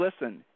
listen